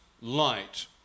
light